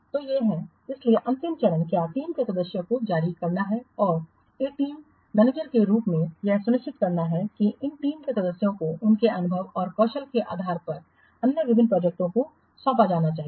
तो ये हैं इसलिए अंतिम चरण क्या टीम के सदस्यों को जारी करना है और एक टीम मैनेजर के रूप में यह सुनिश्चित करता है कि इन टीम के सदस्यों को उनके अनुभव और कौशल के आधार पर अन्य विभिन्न प्रोजेक्टओं को सौंपा जाना चाहिए